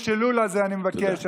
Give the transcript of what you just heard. ודווקא בחודש אלול הזה אני מבקש,